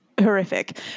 horrific